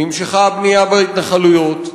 נמשכה הבנייה בהתנחלויות,